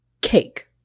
cake